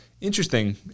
interesting